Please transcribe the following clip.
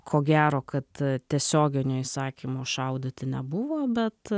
ko gero kad tiesioginio įsakymo šaudyti nebuvo bet